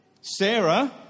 Sarah